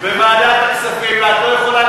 בוועדת הכספים ואת לא יכולה,